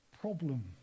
problem